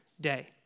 day